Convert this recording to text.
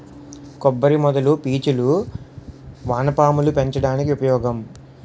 కొబ్బరి మొదల పీచులు వానపాములు పెంచడానికి ఉపయోగం